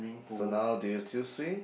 so now do you still swim